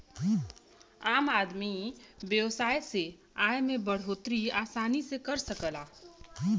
आम आदमी व्यवसाय से आय में बढ़ोतरी आसानी से कर सकला